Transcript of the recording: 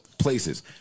Places